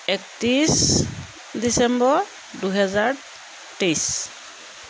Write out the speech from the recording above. একত্ৰিছ ডিচেম্বৰ দুহেজাৰ তেইছ